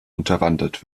unterwandert